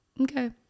okay